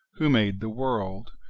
who made the world,